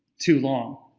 too long.